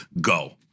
go